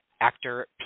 actor